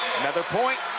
another point.